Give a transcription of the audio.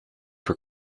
for